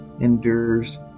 endures